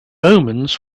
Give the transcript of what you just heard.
omens